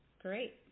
Great